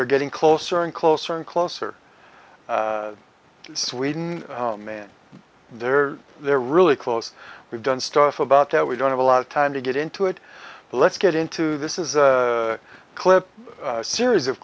they're getting closer and closer and closer to sweden man they're they're really close we've done stuff about how we don't have a lot of time to get into it let's get into this is a clip series of